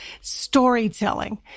storytelling